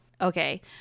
Okay